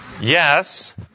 Yes